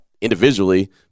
Individually